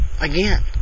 again